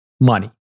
money